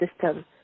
system